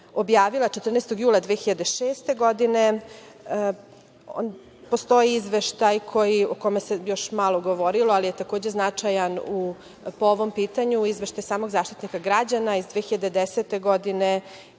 14. jula 2006. godine, postoji izveštaj o kome se malo govorilo, ali je takođe značajan po ovom pitanju, izveštaj samog Zaštitnika građana iz 2010. godine,